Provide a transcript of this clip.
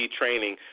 training